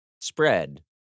spread